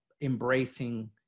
embracing